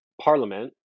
Parliament